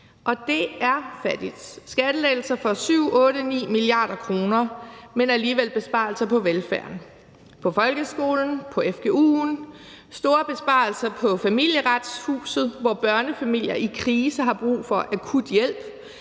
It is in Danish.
og det er fattigt. Der er skattelettelser for 7, 8, 9 mia. kr., men alligevel besparelser på velfærden, på folkeskolen, på stu'en, store besparelser på Familieretshuset, hvor børnefamilier i krise har brug for akut hjælp,